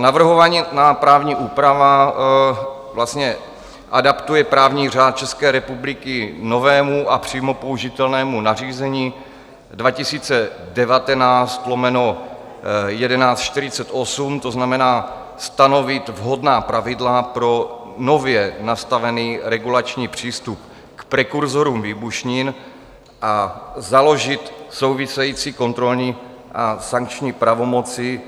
Navrhovaná právní úprava vlastně adaptuje právní řád České republiky novému a přímo použitelnému nařízení 2019/1148, to znamená, stanovit vhodná pravidla pro nově nastavený regulační přístup k prekurzorům výbušnin a založit související kontrolní sankční pravomoci